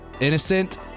innocent